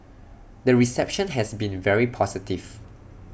the reception has been very positive